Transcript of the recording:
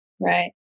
Right